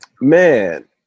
man